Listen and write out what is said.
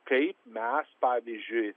kaip mes pavyzdžiui